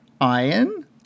iron